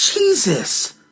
Jesus